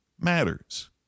matters